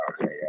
Okay